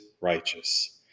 righteous